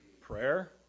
prayer